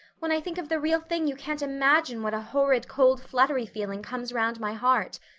when i think of the real thing you can't imagine what a horrid cold fluttery feeling comes round my heart.